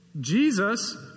Jesus